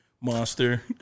monster